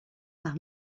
par